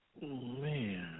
Man